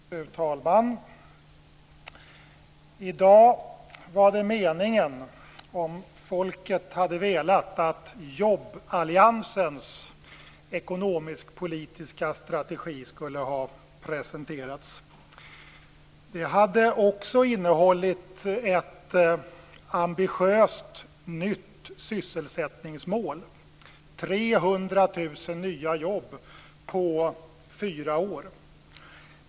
Fru talman! I dag var det meningen, om folket hade velat, att jobballiansens ekonomisk-politiska strategi skulle ha presenterats. Den hade också innehållit ett ambitiöst nytt sysselsättningsmål: 300 000 nya jobb på fyra år.